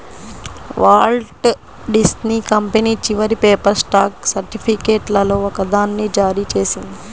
Walt Disney company చివరి paper stock సర్టిఫికేట్లలో ఒకదాన్ని జారీ చేసింది